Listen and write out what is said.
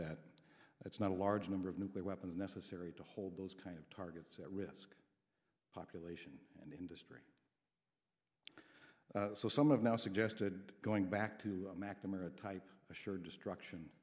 that that's not a large number of nuclear weapons necessary to hold those kind of targets at risk population and industry so some of now suggested going back to mcnamara type assured destruction